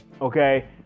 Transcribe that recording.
okay